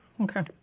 okay